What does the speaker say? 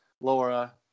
Laura